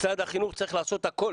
משרד החינוך צריך לעשות את הכל